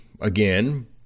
again